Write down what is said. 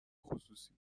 خصوصی